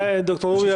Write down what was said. ד"ר לוריא,